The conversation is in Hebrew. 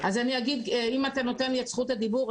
אם אתה נותן לי את זכות הדיבור,